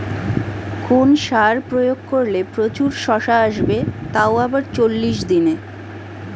কোন সার প্রয়োগ করলে প্রচুর শশা আসবে তাও আবার চল্লিশ দিনে?